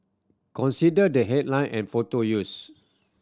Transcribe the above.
consider the headline and photo used